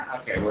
Okay